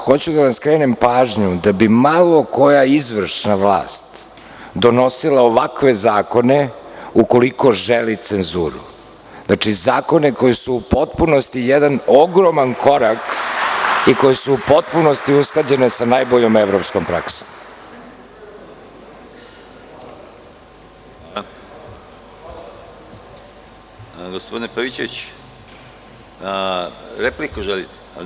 Hoću da vam skrenem pažnju da bi malo koja izvršna vlast donosila ovakve zakone ukoliko želi cenzuru, zakone koji su u potpunosti jedan ogroman korak i koji su u potpunosti usklađeni sa najboljom evropskom praksom. (Vladimir Pavićević, s mesta: Replika.